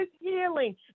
healing